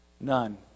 none